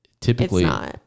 Typically